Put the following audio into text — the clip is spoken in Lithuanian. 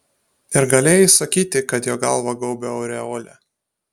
ir galėjai sakyti kad jo galvą gaubia aureolė